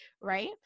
right